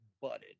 butted